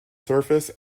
surface